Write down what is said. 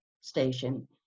station